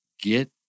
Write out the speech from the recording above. Get